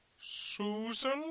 Susan